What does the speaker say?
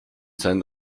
sein